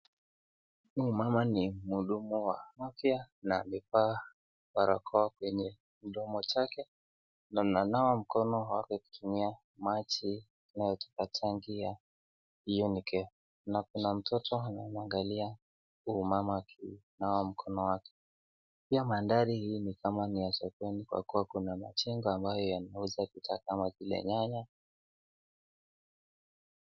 Huyu mama ni muudumu wa afya na amevaa barakoa kwenye mdomo chake na ananawa mikono wake kwa kutumia maji inayotoka kwa tanki ya na kuna mtoto anamwangalia huyu mama akiunawa mikono wake pia madhari hii ni ya sokoni kwa kuwa kuna machala ambayo yanaweza kuka kama vile nyanya